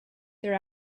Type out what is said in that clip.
their